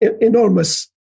enormous